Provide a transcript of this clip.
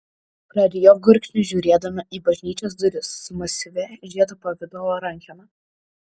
prarijo gurkšnį žiūrėdama į bažnyčios duris su masyvia žiedo pavidalo rankena